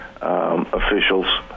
officials